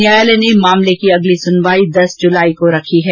न्यायालय ने मामले की अगली सुनवाई दस जुलाई को रखी है